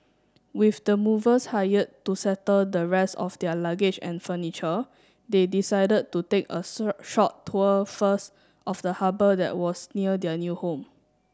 with the movers hired to settle the rest of their luggage and furniture they decided to take a short tour first of the harbour that was near their new home